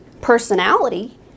personality